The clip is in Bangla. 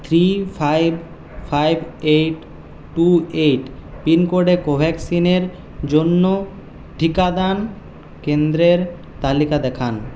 three five five eight two eight pin কোডে কোভ্যাক্সিনের জন্য টিকাদান কেন্দ্রের তালিকা দেখান